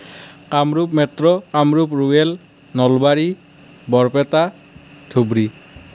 Kamrup metro Kamrup rural Nalbari Barpeta Dhubri